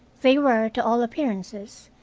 they were, to all appearances,